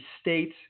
states